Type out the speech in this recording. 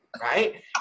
right